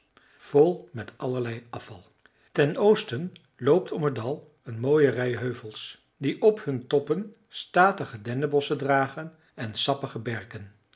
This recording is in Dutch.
vol met allerlei afval ten oosten loopt om het dal een mooie rij heuvels die op hun toppen statige dennenbosschen dragen en sappige berken